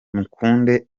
mukunde